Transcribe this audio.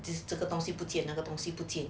this 这个东西不见那个东西不见